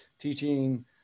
teaching